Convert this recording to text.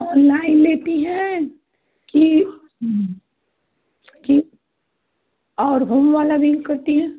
online लेती हैं कि कि और होम वाला भी करती हैं